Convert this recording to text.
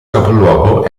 capoluogo